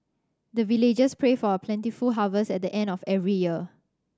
the villagers pray for a plentiful harvest at the end of every year